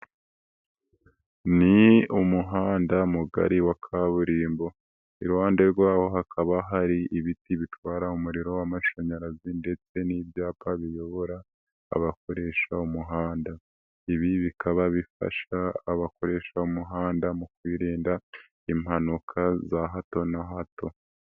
Ni umuhanda mugari wa kaburimbo, iruhande rwawo hakaba hari ibiti bitwara umuriro w'amashanyarazi, ndetse n'ibyapa biyobora abakoresha umuhanda. Ibi bikaba bifasha abakoresha umuhanda mu kwirinda impanuka za hato na hato.